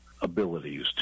abilities